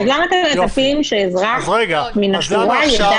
אז למה אתם מצפים שאזרח מן השורה יידע?